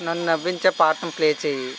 నన్ను నవ్వించే పాటను ప్లే చెయ్యి